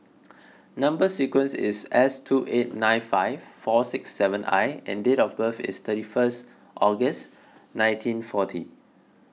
Number Sequence is S two eight nine five four six seven I and date of birth is thirty first August nineteen forty